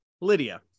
Lydia